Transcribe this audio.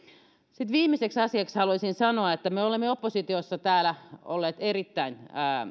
sitten viimeiseksi asiaksi haluaisin sanoa että me olemme täällä oppositiossa olleet erittäin